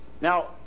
Now